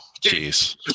Jeez